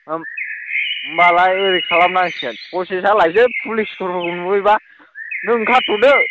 होनबालाय ओरै खालामनांसिगोन स'से सालायसै पुलिसफोरखौ नुवोबा नों ओंखारथ'दो